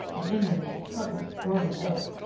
and in them was a troubled, worried look.